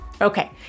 Okay